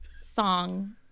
song